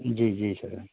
جی جی سر